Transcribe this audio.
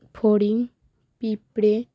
ফড়িং পিঁপড়ে